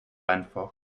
einfach